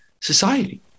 society